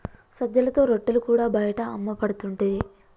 సజ్జలతో రొట్టెలు కూడా బయట అమ్మపడుతుంటిరి